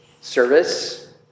service